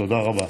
תודה רבה.